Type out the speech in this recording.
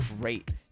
great